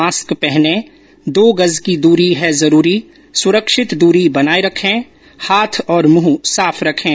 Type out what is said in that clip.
mask पहनें दो गज की दरी है जरूरी सुरक्षित दूरी बनाए रखे हाथ और मुंह साफ रखें